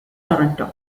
toronto